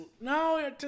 No